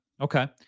Okay